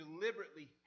deliberately